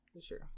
sure